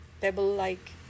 pebble-like